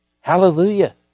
Hallelujah